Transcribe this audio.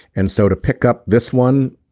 and so to pick up this one.